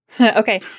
Okay